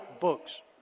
books